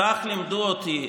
כך לימדו אותי,